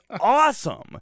awesome